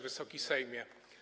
Wysoki Sejmie!